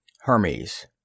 Hermes